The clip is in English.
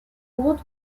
both